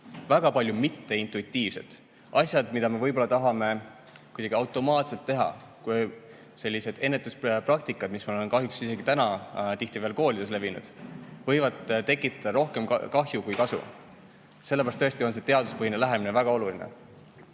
väga palju mitteintuitiivset, asju, mida me võib-olla tahame kuidagi automaatselt teha. Kuid sellised ennetuspraktikad, mis meil on kahjuks isegi täna tihti veel koolides levinud, võivad tekitada rohkem kahju kui kasu, sellepärast tõesti on see teaduspõhine lähenemine väga oluline.